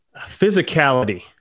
physicality